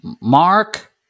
Mark